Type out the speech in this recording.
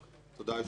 תודה, היושב-ראש.